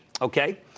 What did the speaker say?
Okay